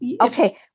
okay